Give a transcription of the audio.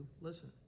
listen